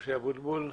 משה אבוטבול.